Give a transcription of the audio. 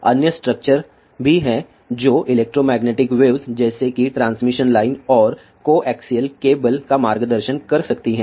अन्य स्ट्रक्चर भी हैं जो इलेक्ट्रोमैग्नेटिक वेव्स जैसे कि ट्रांसमिशन लाइन और को एक्सिअल केबल का मार्गदर्शन कर सकती हैं